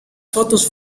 fotos